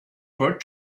for